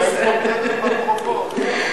הרי היית רוקדת ברחובות.